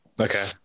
Okay